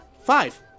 five